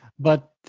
but,